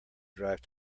drive